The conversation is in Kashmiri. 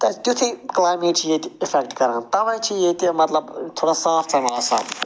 تہِ تیُتھٕے کٔلایمیٹ چھِ ییٚتہِ اِفیٚکٹ کران تَوٕے چھِ ییٚتہِ مطلب تھوڑا صاف ژَم آسان